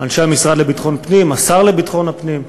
אנשי המשרד לביטחון פנים, השר לביטחון פנים,